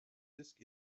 disk